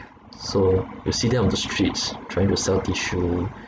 so you see them on the streets trying to sell tissue